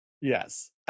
Yes